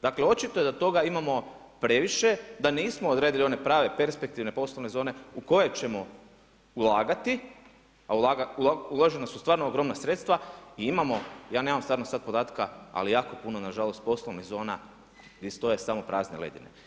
Dakle očito je da toga imamo previše, da nismo odradili one prave perspektivne poslovne zone u koje ćemo ulagati, a uložena su stvarno ogromna sredstva i imamo, ja nemam stvarno sada podataka, ali jako puno nažalost poslovnih zona gdje stoje samo prazne ledine.